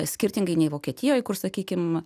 skirtingai nei vokietijoj kur sakykim